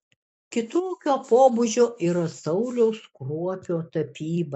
kitokio pobūdžio yra sauliaus kruopio tapyba